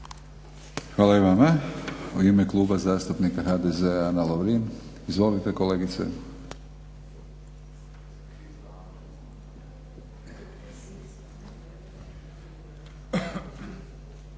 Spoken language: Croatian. Hvala i vama. U ime Kluba zastupnika HDZ-a Ana Lovrin. Izvolite kolegice. **Lovrin,